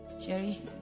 Sherry